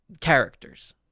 characters